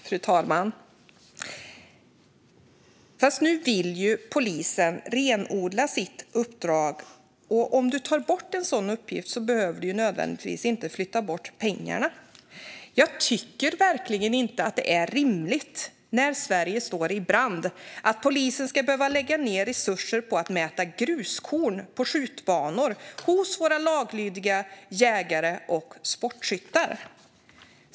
Fru talman! Fast nu vill ju polisen renodla sitt uppdrag. Och om du tar bort en sådan uppgift behöver du inte nödvändigtvis flytta bort pengarna. Jag tycker verkligen inte att det är rimligt, när Sverige står i brand, att polisen ska behöva lägga resurser på att mäta gruskorn på skjutbanor, hos våra laglydiga jägare och sportskyttar.